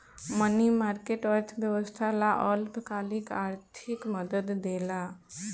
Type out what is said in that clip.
मनी market, अर्थव्यवस्था ला अल्पकालिक आर्थिक मदद देला